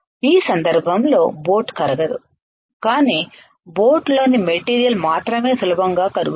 ఈ సందర్భంలో బోట్ కరగదు కానీ బోట్లోని మెటీరియల్ మాత్రమే సులభంగా కరుగుతుంది